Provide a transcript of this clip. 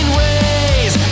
ways